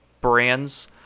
brands